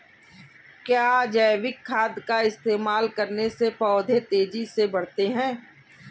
क्या जैविक खाद का इस्तेमाल करने से पौधे तेजी से बढ़ते हैं?